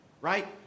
Right